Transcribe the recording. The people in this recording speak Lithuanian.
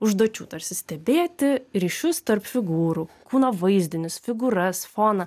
užduočių tarsi stebėti ryšius tarp figūrų kūno vaizdinius figūras foną